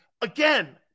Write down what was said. again